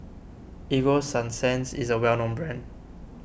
Ego Sunsense is a well known brand